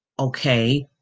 Okay